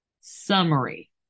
summary